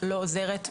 לא עוזרת,